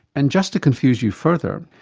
and just to confuse you further,